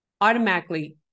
automatically